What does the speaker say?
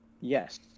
Yes